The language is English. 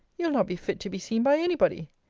you'll not be fit to be seen by any body.